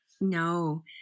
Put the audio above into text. No